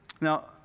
Now